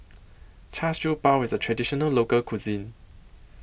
Char Siew Bao IS A Traditional Local Cuisine